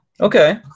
Okay